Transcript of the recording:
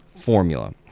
formula